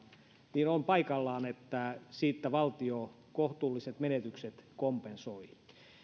niin on paikallaan että siitä valtio kohtuulliset menetykset kompensoi